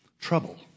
Trouble